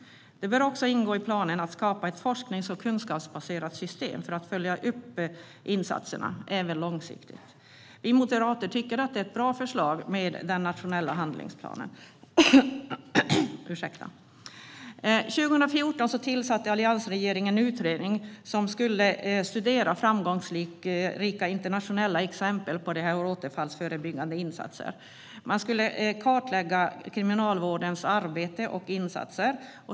Det bör också ingå i planen att man skapar ett forsknings och kunskapsbaserat system för att följa upp insatserna, även långsiktigt. Vi moderater tycker att förslaget om en nationell handlingsplan är bra. År 2014 tillsatte alliansregeringen en utredning som skulle studera framgångsrika internationella exempel på återfallsförebyggande insatser. Man skulle kartlägga kriminalvårdens arbete och insatser.